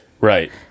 Right